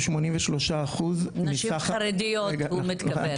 נשים חרדיות הוא מתכוון.